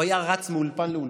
הוא היה רץ מאולפן לאולפן,